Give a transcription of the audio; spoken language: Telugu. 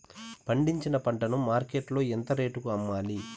పండించిన పంట ను మార్కెట్ లో ఎంత రేటుకి అమ్మాలి?